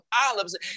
Olives